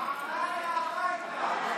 מראענה הביתה.